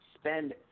spend